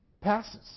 passes